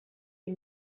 sie